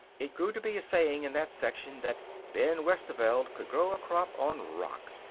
it grew to be a saying in that section that ben westerveld could grow a crop on rock.